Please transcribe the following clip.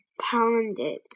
pounded